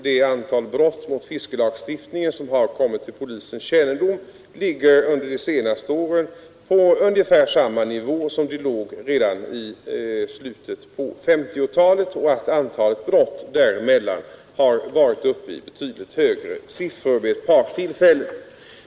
Det antal brott mot fiskelagstiftningen som har kommit till polisens kännedom ligger under de senaste åren faktiskt på samma nivå som i slutet av 1950-talet. Antalet brott däremellan har varit uppe i betydligt högre siffror vid ett par tillfällen.